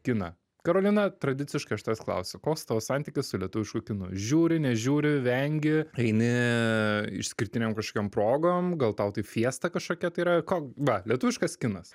kiną karolina tradiciškai aš tavęs klausiu koks tavo santykis su lietuvišku kinu žiūri nežiūri vengi eini išskirtinėm kažkokiom progom gal tau tai fiesta kažkokia tai yra ko va lietuviškas kinas